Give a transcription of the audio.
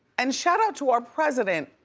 and shout out to our president.